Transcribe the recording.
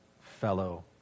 fellow